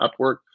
Upwork